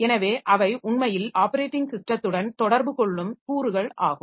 எனவே அவை உண்மையில் ஆப்பரேட்டிங் ஸிஸ்டத்துடன் தொடர்பு கொள்ளும் கூறுகள் ஆகும்